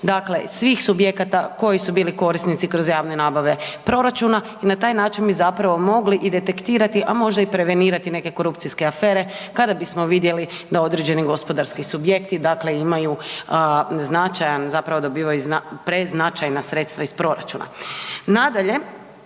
dakle svih subjekata koji su bili korisnici kroz javne nabave proračuna i na taj način bi zapravo mogli i detektirati, a možda i prevenirati neke korupcijske afere kada bismo vidjeli da određeni gospodarski subjekti, dakle imaju značajan, zapravo dobivaju preznačajna sredstva iz proračuna. Nadalje,